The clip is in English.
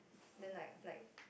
then like like